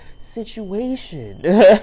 situation